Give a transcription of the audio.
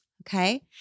Okay